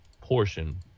portion